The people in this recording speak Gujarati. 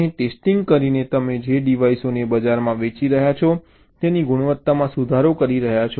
અને ટેસ્ટિંગ કરીને તમે જે ડિવાઇસોને બજારમાં વેચી રહ્યાં છો તેની ગુણવત્તામાં સુધારો કરી રહ્યાં છો